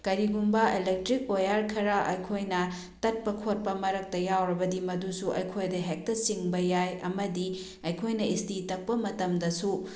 ꯀꯔꯤꯒꯨꯝꯕ electric wire ꯈꯔ ꯑꯩꯈꯣꯏꯅ ꯇꯠꯄ ꯈꯣꯠꯄ ꯃꯔꯛꯇ ꯌꯥꯎꯔꯕꯗꯤ ꯃꯗꯨꯁꯨ ꯑꯩꯈꯣꯏꯗ ꯍꯦꯛꯇ ꯆꯤꯡꯕ ꯌꯥꯏ ꯑꯃꯗꯤ ꯑꯩꯈꯣꯏꯅ ꯏꯁꯇꯤ ꯇꯛꯄ ꯃꯇꯝꯗꯁꯨ